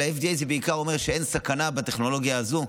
אלא FDA בעיקר אומר שאין סכנה בטכנולוגיה הזו.